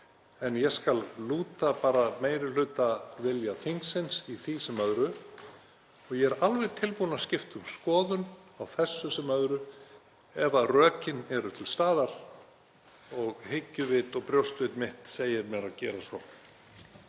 En ég skal lúta meirihlutavilja þingsins í því sem öðru. Ég er alveg tilbúinn að skipta um skoðun á þessu sem öðru ef rökin eru til staðar og hyggjuvit og brjóstvit mitt segir mér að gera svo.